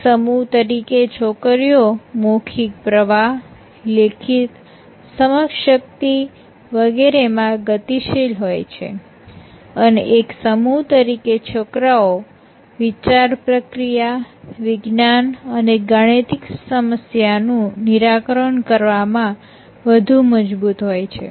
એક સમૂહ તરીકે છોકરીઓ મૌખિક પ્રવાહ લેખિત સમજશક્તિ વગેરેમાં ગતિશીલ હોય છે અને એક સમૂહ તરીકે છોકરાઓ વિચાર પ્રક્રિયા વિજ્ઞાન અને ગાણિતિક સમસ્યાનું નિરાકરણ કરવામાં વધુ મજબૂત હોય છે